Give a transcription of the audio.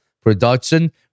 production